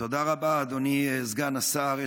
תודה רבה, אדוני סגן השר.